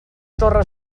torre